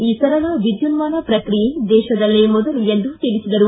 ಈ ಸರಳ ವಿದ್ಯುನ್ನಾನ ಪ್ರಕ್ರಿಯೆ ದೇತದಲ್ಲೆ ಮೊದಲು ಎಂದು ತಿಳಿಸಿದರು